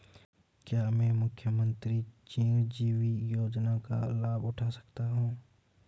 क्या मैं मुख्यमंत्री चिरंजीवी योजना का लाभ उठा सकता हूं?